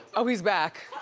oh he's back.